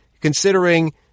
considering